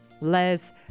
Les